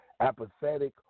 apathetic